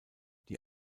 die